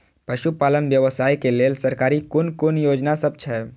पशु पालन व्यवसाय के लेल सरकारी कुन कुन योजना सब छै?